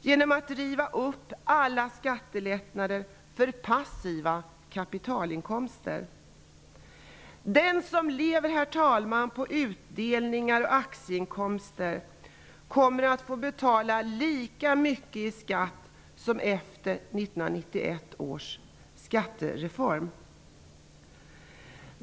genom att riva upp alla skattelättnader för passiva kapitalinkomster. Herr talman! Den som lever på utdelningar och aktieinkomster kommer att få betala lika mycket i skatt som efter 1991 års skattereform.